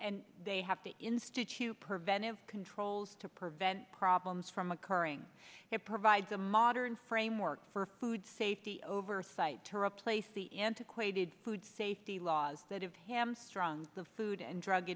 and they have to institute preventive controls to prevent problems from occurring it provides a modern framework for food safety oversight to replace the antiquated food safety laws that have him strong the food and drug